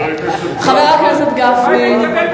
חבר הכנסת גפני,